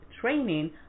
training